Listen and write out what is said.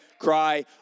cry